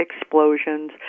explosions